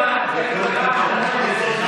הצבעה שמית?